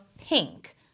pink